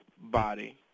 body